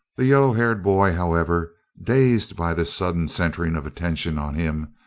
the yellow-haired boy, however, dazed by this sudden centering of attention on him,